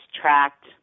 tracked